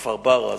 כפר-ברא,